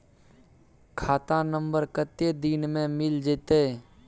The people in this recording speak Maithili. खाता नंबर कत्ते दिन मे मिल जेतै?